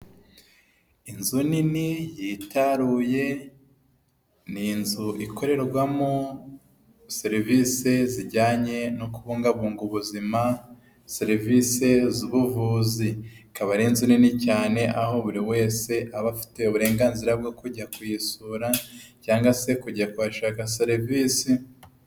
Inzu nini yitaruye ni inzu ikorerwamo serivisi zijyanye no kubungabunga ubuzima serivisi zubuvuzi ikaba ari inzu nini cyane aho buri wese aba afite uburenganzira bwo kujya kuyisura cyangwa se kujya kwaka serivisi.